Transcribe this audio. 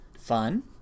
Fun